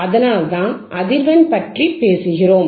அதனால்தான் அதிர்வெண் பற்றி பேசுகிறோம்